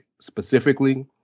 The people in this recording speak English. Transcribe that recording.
specifically